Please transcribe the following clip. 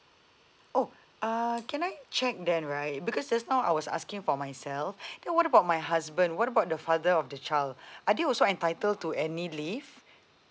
oh uh can I check that right because just now I was asking for myself then what about my husband what about the father of the child are they also entitled to any leave